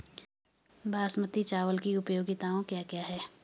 बासमती चावल की उपयोगिताओं क्या क्या हैं?